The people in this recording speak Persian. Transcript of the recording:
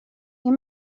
این